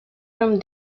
from